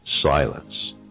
silence